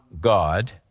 God